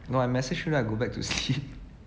no I message you then I go back to sleep